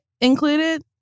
included